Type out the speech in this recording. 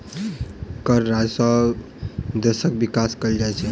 कर राजस्व सॅ देशक विकास कयल जाइत छै